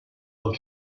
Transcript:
del